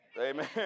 Amen